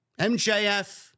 MJF